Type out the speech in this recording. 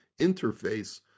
interface